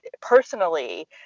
personally